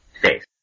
face